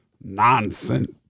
nonsense